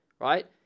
right